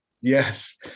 yes